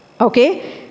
Okay